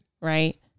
Right